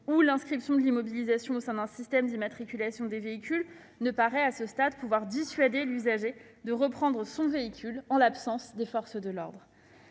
ou l'inscription de l'immobilisation au sein d'un système d'immatriculation des véhicules, ne paraît à ce stade pouvoir dissuader l'usager de reprendre son véhicule en l'absence des forces de l'ordre.